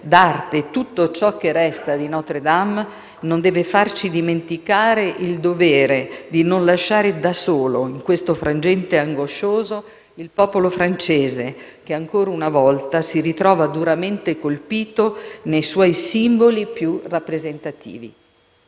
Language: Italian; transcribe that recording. d'arte e tutto ciò che resta di Notre-Dame, non deve farci dimenticare il dovere di non lasciare da solo, in questo frangente angoscioso, il popolo francese, che ancora una volta si ritrova duramente colpito nei suoi simboli più rappresentativi.